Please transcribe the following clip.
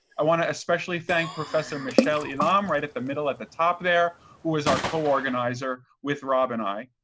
i want to especially thank professor michelle islam and um right at the middle at the top there, who was our co-organizer with rob and i.